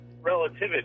Relativity